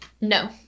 No